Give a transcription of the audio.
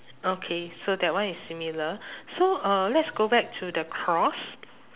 okay so that one is similar so uh let's go back to the cross